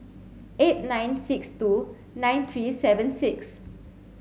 eight nine six two nine three seven six